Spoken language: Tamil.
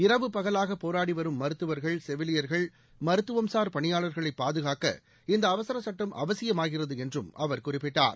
இரவு பகலாக போராடி வரும் மருத்துவர்கள் செவிலியர்கள் மருத்துவம்சார் பணியாளாகளை பாதுகாக்க இந்த அவசர சுட்டம் அவசியமாகிறது என்றும் அவர் குறிப்பிட்டார்